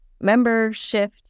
Membership